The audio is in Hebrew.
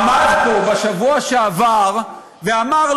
עמד פה בשבוע שעבר ואמר,